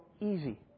easy